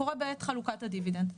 קורה בעת חלוקת הדיבידנד.